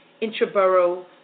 intra-borough